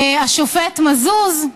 השופט מזוז,